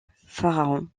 pharaon